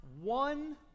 one